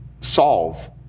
solve